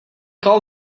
call